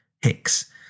hicks